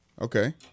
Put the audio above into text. Okay